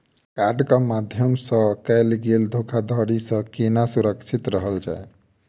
कार्डक माध्यम सँ कैल गेल धोखाधड़ी सँ केना सुरक्षित रहल जाए?